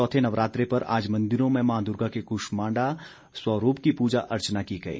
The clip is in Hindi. चौथे नवरात्रे पर आज मंदिरों में मां दुर्गा के कूष्मांडा स्वरूप की पूजा अर्चना की गई